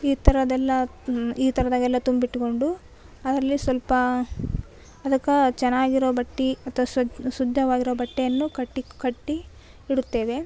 ಈ ಥರದ್ದೆಲ್ಲ ಈ ಥರದಾಗೆಲ್ಲ ತುಂಬಿಟ್ಟುಕೊಂಡು ಅದರಲ್ಲಿ ಸ್ವಲ್ಪ ಅದಕ್ಕೆ ಚೆನ್ನಾಗಿರೋ ಬಟ್ಟೆ ಅಥವಾ ಸ್ವಚ್ಛ ಶುದ್ಧವಾಗಿರೊ ಬಟ್ಟೆಯನ್ನು ಕಟ್ಟಿ ಕಟ್ಟಿ ಇಡುತ್ತೇವೆ